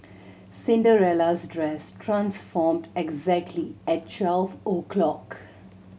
Cinderella's dress transformed exactly at twelve o'clock